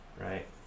right